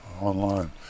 online